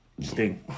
Sting